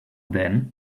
then